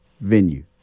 venue